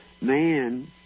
Man